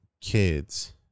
kids